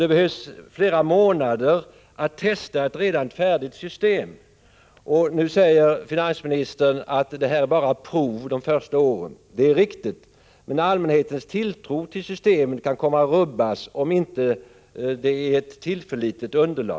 Det behövs flera månader för att testa ett redan färdigt system för ändamålet. Nu säger finansministern att det under de första åren bara är fråga om en provverksamhet. Det är riktigt, men allmänhetens tilltro till systemet kan komma att rubbas, om det inte bygger på ett tillförlitligt underlag.